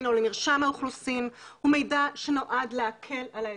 או למרשם האוכלוסין הוא מידע שנועד להקל על האזרח.